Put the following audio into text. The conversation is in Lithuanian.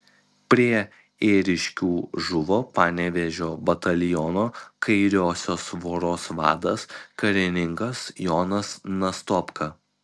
prie ėriškių žuvo panevėžio bataliono kairiosios voros vadas karininkas jonas nastopka